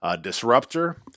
disruptor